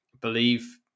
believe